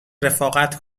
رفاقت